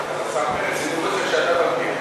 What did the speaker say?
פרץ, סידרו את זה כשאתה מגיע.